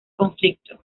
conflicto